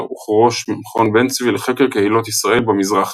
וכראש מכון בן-צבי לחקר קהילות ישראל במזרח,